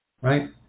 Right